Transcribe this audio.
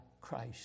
Christ